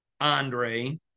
Andre